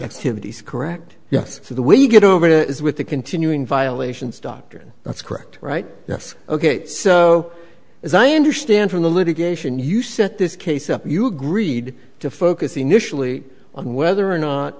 activities correct yes so the way you get over to is with the continuing violations doctrine that's correct right yes ok so as i understand from the litigation you set this case up you agreed to focus initially on whether or not